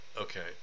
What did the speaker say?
Okay